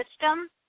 system